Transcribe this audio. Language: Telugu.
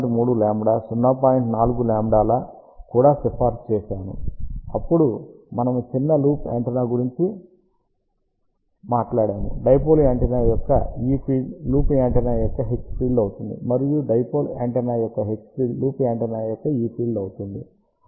4λ లా కూడా సిఫార్సు చేసాను అప్పుడు మనము చిన్న లూప్ యాంటెన్నా గురించి మాట్లాడాము డైపోల్ యాంటెన్నా యొక్క E ఫీల్డ్ లూప్ యాంటెన్నా యొక్క H ఫీల్డ్ అవుతుంది మరియు డైపోల్ యాంటెన్నా యొక్క H ఫీల్డ్ లూప్ యాంటెన్నా యొక్క E ఫీల్డ్ అవుతుంది